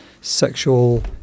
sexual